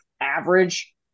average